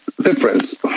difference